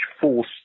force